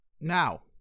Now